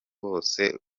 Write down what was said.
wose